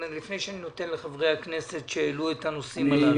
לפני שאני נותן לחברי הכנסת שהעלו את הנושאים הללו.